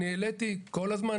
העליתי כל הזמן,